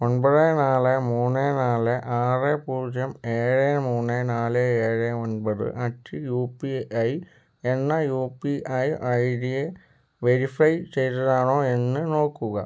ഒൻപത് നാല് മൂന്ന് നാല് ആറ് പൂജ്യം ഏഴ് മൂന്ന് നാല് ഏഴ് ഒൻപത് അറ്റ് യു പി ഐ എന്ന U P I I D verify ചെയ്തതാണോ എന്ന് നോക്കുക